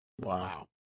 Wow